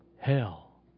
Hell